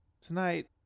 Tonight